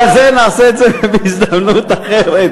אבל זה, נעשה את זה בהזדמנות אחרת.